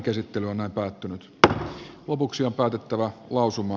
lopuksi on päätettävä lausuma